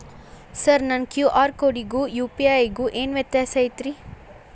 Sir ನನ್ನ QR ಕೊಡಿಗೂ ಆ ಯು.ಪಿ.ಐ ಗೂ ಏನ್ ವ್ಯತ್ಯಾಸ ಐತ್ರಿ?